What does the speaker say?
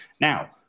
Now